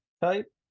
type